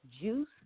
juice